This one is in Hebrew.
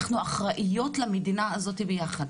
אנחנו אחראיות למדינה הזאת ביחד.